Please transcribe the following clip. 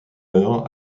heure